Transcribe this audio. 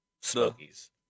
Smokies